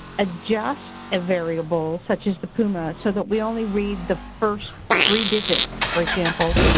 adjust a variable such as the puma so that we only read the first three digits, for example,